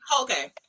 Okay